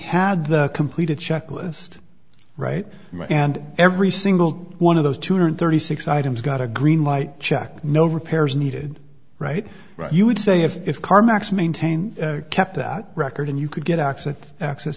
had the completed checklist right and every single one of those two hundred thirty six items got a green light check no repairs needed right you would say if car max maintained kept that record and you could get access access